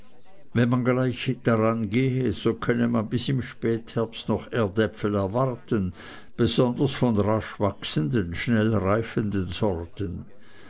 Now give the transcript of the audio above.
wenn man gleich dran hingehe so könne man bis im spätherbst noch erdäpfel erwarten besonders von rasch wachsenden schnell reifenden sorten